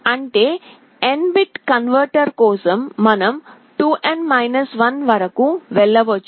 అంటే N bit converter కోసం మనం 2N 1 వరకు వెళ్ళవచ్చు